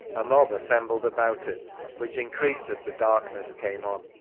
a mob assembled about it, which increased as the darkness came on